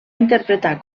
interpretar